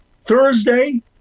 thursday